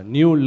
New